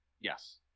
yes